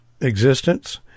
existence